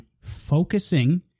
focusing